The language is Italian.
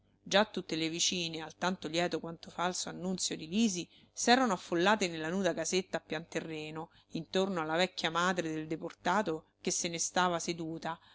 già tutte le vicine al tanto lieto quanto falso annunzio di lisi s'erano affollate nella nuda casetta a pian terreno intorno alla vecchia madre del deportato che se ne stava seduta